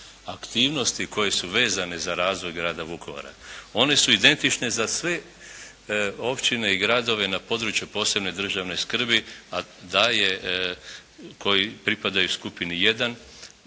koje su vezane za razvoj grada Vukovara. One su identične za sve općine i gradove na području posebne državne skrbi, a koji pripadaju skupini 1,